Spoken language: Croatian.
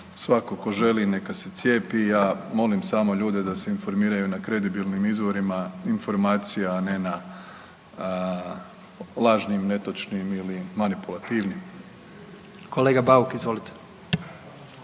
Svako ko želi neka se cijepi i ja molim samo ljude da se informiraju na kredibilnim izvorima informacija, a ne na lažnim, netočnim ili manipulativnim. **Jandroković,